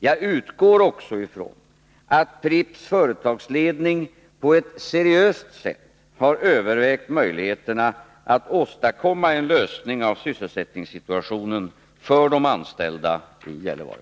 Jag utgår också ifrån att Pripps företagsledning på ett seriöst sätt har övervägt möjligheterna att åstadkomma en lösning av sysselsättningssituationen för de anställda i Gällivare.